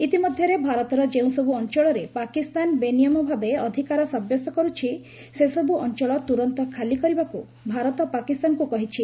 ଇତିମଧ୍ୟରେ ଭାରତର ଯେଉଁସବୁ ଅଞ୍ଚଳରେ ପାକିସ୍ତାନ ବେନିୟମ ଭାବେ ଅଧିକାର ସାବ୍ୟସ୍ତ କରୁଛି ସେସବ୍ ଅଞ୍ଚଳ ତ୍ରରନ୍ତ ଖାଲି କରିବାକୁ ଭାରତ ପାକିସ୍ତାନକୁ କହିଛି